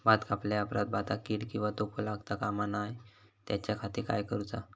भात कापल्या ऑप्रात भाताक कीड किंवा तोको लगता काम नाय त्याच्या खाती काय करुचा?